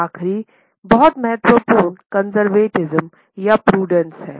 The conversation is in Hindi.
आखिरी बहुत महत्वपूर्ण कंज़र्वेटिस्म हैं